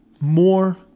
more